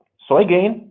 so again,